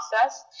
process